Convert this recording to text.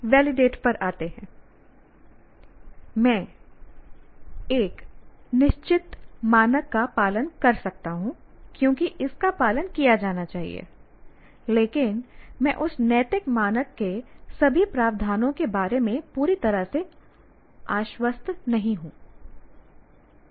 validate पर आते हैं मैं एक निश्चित मानक का पालन कर सकता हूं क्योंकि इसका पालन किया जाना चाहिए लेकिन मैं उस नैतिक मानक के सभी प्रावधानों के बारे में पूरी तरह से आश्वस्त नहीं हूं